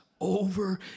over